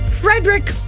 Frederick